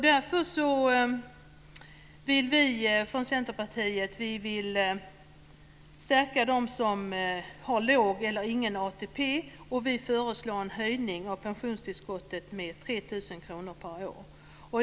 Därför vill vi från Centerpartiet stärka dem som har låg eller ingen ATP. Vi föreslår en höjning av pensionstillskottet med 3 000 kr per år.